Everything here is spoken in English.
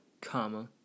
Comma